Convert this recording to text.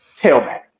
tailback